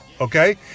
okay